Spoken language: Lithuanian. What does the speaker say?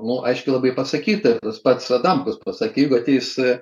nu aiškiai labai pasakyta ir tas pats adamkus pasakė jeigu ateis